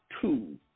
two